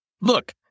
look